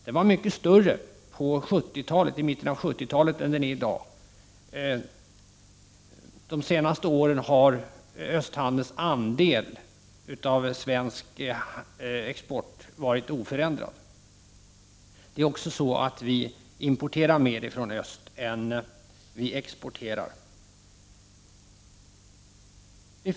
Den var mycket större i mitten av 70-talet än den är i dag. De senaste åren har östhandelns andel av svensk export varit oförändrad. Vi importerar också mer från öst än vi exporterar dit.